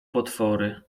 potwory